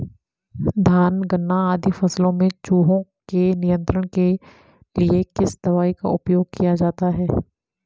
धान गन्ना आदि फसलों में चूहों के नियंत्रण के लिए किस दवाई का उपयोग किया जाता है?